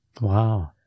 Wow